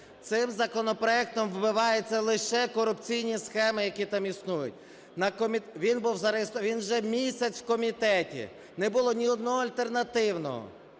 Цим законопроектом вбиваються лише корупційні схеми, які там існують. Він вже місяць в комітеті, не було ні одного альтернативного,